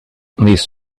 these